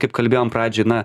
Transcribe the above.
kaip kalbėjom pradžioj na